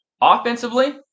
Offensively